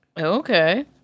okay